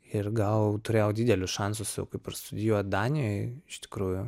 ir gal turėjau didelius šansus jau kaip ir studijuot danijoje iš tikrųjų